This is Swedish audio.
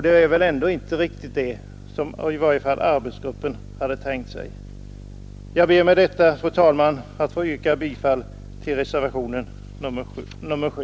Det är väl ändå inte riktigt vad arbetsgruppen hade tänkt sig. Jag ber med detta, fru talman, att få yrka bifall till reservationen 7.